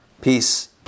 Peace